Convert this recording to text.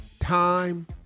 Time